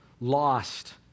lost